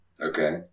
Okay